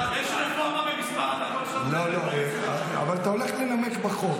יש רפורמה במספר הדקות שאתה --- אבל אתה הולך לנמק בחוק,